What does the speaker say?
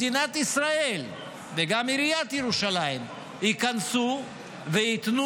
מדינת ישראל וגם עיריית ירושלים ייכנסו וייתנו